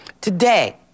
Today